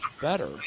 better